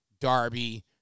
Darby